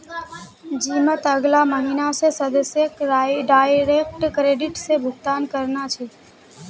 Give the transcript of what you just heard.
जिमत अगला महीना स सदस्यक डायरेक्ट क्रेडिट स भुक्तान करना छ